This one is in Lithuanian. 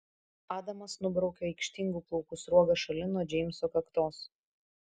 adamas nubraukia aikštingų plaukų sruogas šalin nuo džeimso kaktos